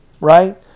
right